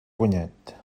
guanyat